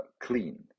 clean